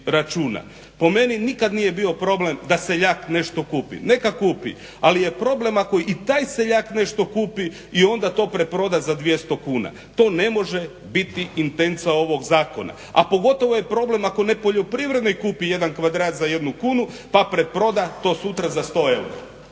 Po meni nikad nije bio problem da seljak nešto kupi, neka kupi, ali je problem ako i taj seljak nešto kupi i onda to preproda za 200 kuna. To ne može biti intenca ovog zakona. A pogotovo je problem ako nepoljoprivrednik kupi 1 kvadrat za 1 kuna, pa preproda to sutra za 100 eura,